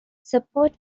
support